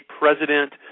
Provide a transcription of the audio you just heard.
president